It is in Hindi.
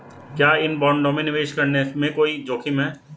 क्या इन बॉन्डों में निवेश करने में कोई जोखिम है?